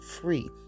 free